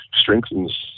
strengthens